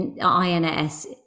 INS